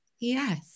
Yes